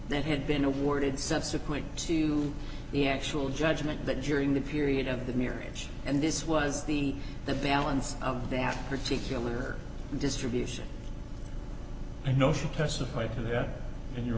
that had been awarded subsequent to the actual judgment but during the period of the myriads and this was the the balance of that particular distribution i know she testified to that in you